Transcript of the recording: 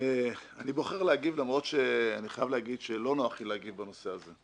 אני בוחר להגיב למרות שאני חייב להגיד שלא נוח לי להגיב בנושא הזה.